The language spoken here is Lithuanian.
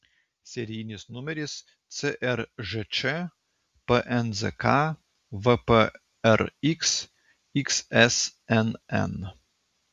serijinis numeris cržč pnzk vprx xsnn